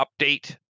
update